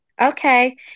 Okay